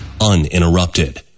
uninterrupted